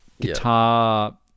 guitar